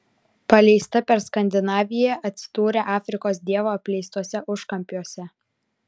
paleista per skandinaviją atsidūrė afrikos dievo apleistuose užkampiuose